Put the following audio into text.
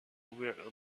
were